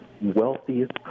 wealthiest